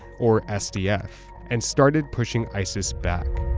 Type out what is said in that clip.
or sdf, and started pushing isis back.